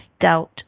doubt